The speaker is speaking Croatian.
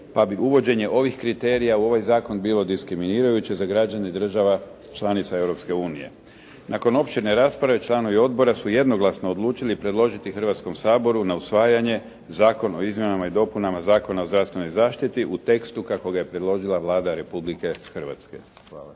pa bi uvođenje ovih kriterija u ovaj zakon bilo diskriminirajuće za građane država članica Europske unije. Nakon opširne rasprave članovi Odbora su jednoglasno odlučili predložiti Hrvatskom saboru na usvajanje Zakon o izmjenama i dopunama zakona o zdravstvenoj zaštiti u tekstu kako ga je predložila Vlada Republike Hrvatske. Hvala.